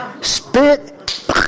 Spit